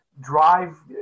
drive